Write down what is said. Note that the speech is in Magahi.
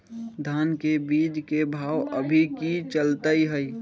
धान के बीज के भाव अभी की चलतई हई?